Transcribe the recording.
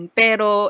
pero